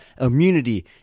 immunity